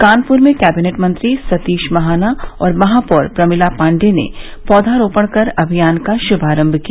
कानपुर में कैबिनेट मंत्री सतीश महाना और महापौर प्रमिला पाण्डेय ने पौधरोपण कर अभियान का शुभारंभ किया